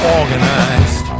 organized